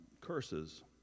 curses